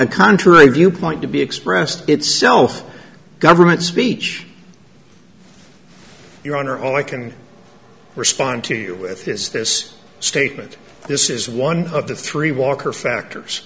a contrary view point to be expressed itself government speech your honor all i can respond to you with this this statement this is one of the three walker factors